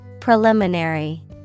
Preliminary